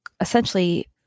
essentially